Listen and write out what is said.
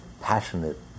passionate